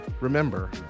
remember